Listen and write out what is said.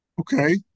Okay